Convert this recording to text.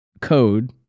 code